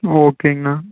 ஓகேங்கண்ணா